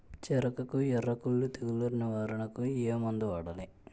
చెఱకులో ఎర్రకుళ్ళు తెగులు నివారణకు ఏ మందు వాడాలి?